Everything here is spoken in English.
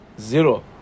zero